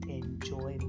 enjoy